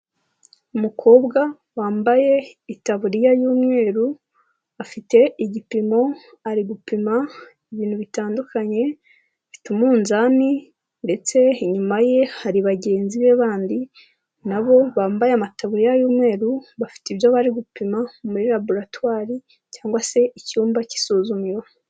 Umukobwa wambaye itaburiya y'umweru, afite igipimo ari gupima ibintu bitandukanye, afite umunzani ndetse inyuma ye hari bagenzi be bandi na bo bambaye amataburiya y'umweru bafite ibyo bari gupima, ni muri laboratwari cyangwa se icyumba k'isuzumiro.